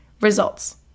results